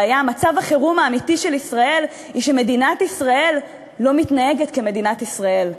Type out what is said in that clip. מצב החירום האמיתי של ישראל הוא שמדינת ישראל לא מתנהגת כמדינת ישראל.